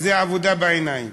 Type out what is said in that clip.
וזה עבודה בעיניים.